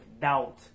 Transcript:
doubt